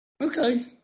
Okay